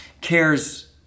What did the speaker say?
cares